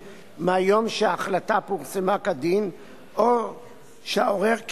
שהייה וישיבה בישראל או יציאה